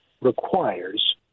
requires